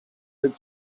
had